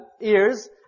Ears